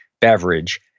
beverage